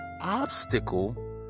obstacle